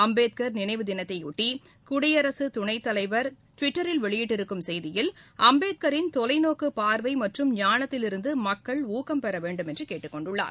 அம்பேத்கர் நினைவு தினத்தையொட்டி குடியரசுத் துணைத் தலைவர் டுவிட்டரில் வெளியிட்டிருக்கும் செய்தியில் அம்பேத்கரின் தொலைநோக்குப் பார்வை மற்றும் ஞானத்திலிருந்து மக்கள் ஊக்கம் பெற வேண்டும் என்று கேட்டுக் கொண்டுள்ளார்